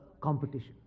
competition